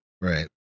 Right